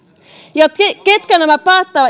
ja keitä nämä